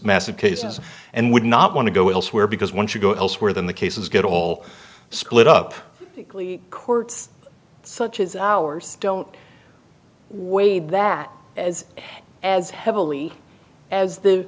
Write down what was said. massive cases and would not want to go elsewhere because once you go elsewhere than the cases get all split up courts such as ours don't wade that is as heavily as the